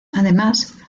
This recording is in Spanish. además